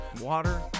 water